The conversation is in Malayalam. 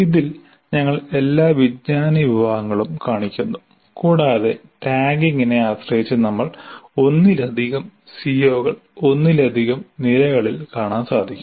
ഇതിൽ ഞങ്ങൾ എല്ലാ വിജ്ഞാന വിഭാഗങ്ങളും കാണിക്കുന്നു കൂടാതെ ടാഗിംഗിനെ ആശ്രയിച്ച് നമ്മൾ ഒന്നിലധികം സിഒകൾ ഒന്നിലധികം നിരകളിൽ കാണാൻ സാധിക്കും